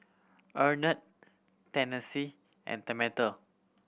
Arnett Tennessee and Tamatha